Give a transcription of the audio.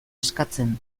eskatzen